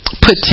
put